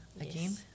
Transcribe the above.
again